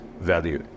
value